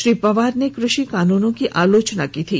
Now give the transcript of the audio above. श्री पवार ने कृषि कानूनों की आलोचना की थी